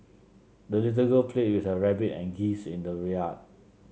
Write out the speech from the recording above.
the little girl played with her rabbit and geese in the yard